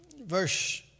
verse